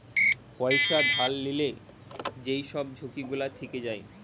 পয়সা ধার লিলে যেই সব ঝুঁকি গুলা থিকে যায়